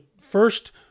first